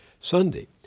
Sunday